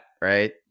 right